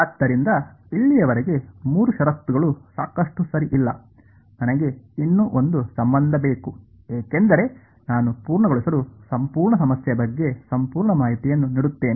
ಆದ್ದರಿಂದ ಇಲ್ಲಿಯವರೆಗೆ ಮೂರು ಷರತ್ತುಗಳು ಸಾಕಷ್ಟು ಸರಿ ಇಲ್ಲ ನನಗೆ ಇನ್ನೂ ಒಂದು ಸಂಬಂಧ ಬೇಕು ಏಕೆಂದರೆ ನಾನು ಪೂರ್ಣಗೊಳಿಸಲು ಸಂಪೂರ್ಣ ಸಮಸ್ಯೆಯ ಬಗ್ಗೆ ಸಂಪೂರ್ಣ ಮಾಹಿತಿಯನ್ನು ನೀಡುತ್ತೇನೆ